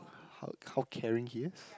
how how caring he is